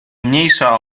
mniejsza